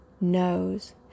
knows